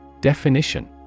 Definition